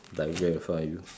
diagram in front of you